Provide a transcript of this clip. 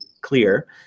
clear